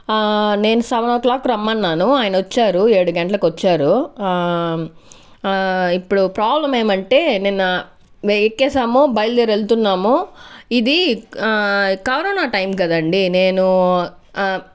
నేను seven o'clock రమ్మన్నాను ఆయనొచ్చారు ఏడు గంటలకొచ్చారు ఇప్పుడు ప్రాబ్లం ఏమంటే నిన్న ఎక్కేసాము బయలుదేరి వెళ్తున్నాము ఇదీ కరోనా టైం కదండీ నేనూ